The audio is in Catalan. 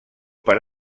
per